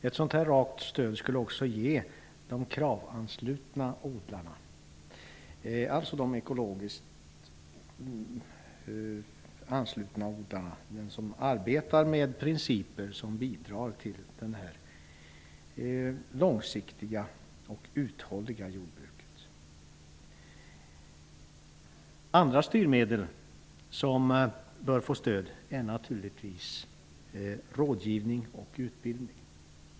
Ett rakt stöd skulle också omfatta de ekologiskt anslutna KRAV-odlarna, de som arbetar med principer som bidrar till det långsiktiga och uthålliga jordbruket. Andra styrmedel som bör stödjas är naturligtvis rådgivning och utbildning.